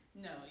No